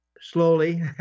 slowly